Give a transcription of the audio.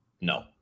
No